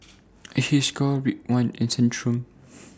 Hiruscar Ridwind and Centrum